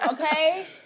Okay